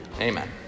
Amen